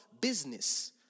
business